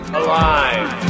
alive